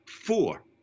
Four